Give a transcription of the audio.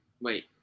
wait